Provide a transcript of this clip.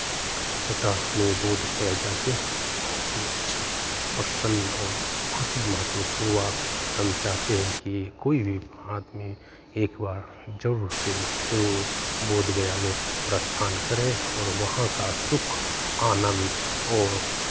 अतः हमें बोधगया जा के बहुत ही अच्छा प्रसन्न और खुशी महसूस हुआ हम चाहते हैं की कोई भी वहाँ आदमी एक बार जरूर से जरूर बोधगया में प्रस्थान करें और वहाँ का सुख आनन्द और